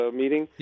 meeting